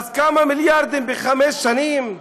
כמה מיליארדים בחמש שנים?